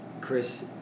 Chris